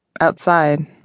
Outside